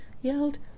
yelled